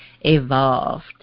evolved